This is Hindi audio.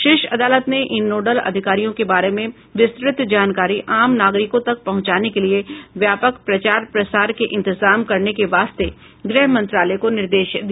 शीर्ष अदालत ने इन नोडल अधिकारियों के बारे में विस्तृत जानकारी आम नागरिकों तक पहुंचाने के लिए व्यापक प्रचार प्रसार के इंतजाम करने के वास्ते गृह मंत्रालय को निर्देश दिया